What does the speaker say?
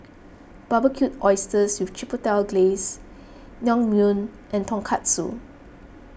Barbecued Oysters with Chipotle Glaze Naengmyeon and Tonkatsu